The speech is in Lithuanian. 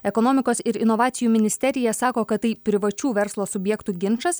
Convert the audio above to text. ekonomikos ir inovacijų ministerija sako kad tai privačių verslo subjektų ginčas